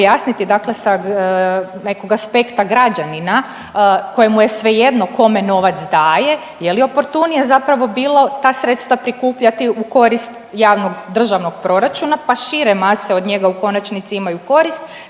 pojasniti dakle sa nekog aspekta građanina kojemu je svejedno kome novac daje, je li oportunije zapravo bilo ta sredstva prikupljati u korist javnog državnog proračuna, pa šire mase od njega u konačnici imaju korist